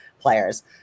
players